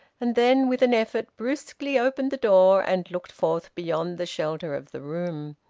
and then with an effort brusquely opened the door and looked forth beyond the shelter of the room.